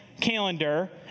calendar